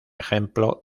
ejemplo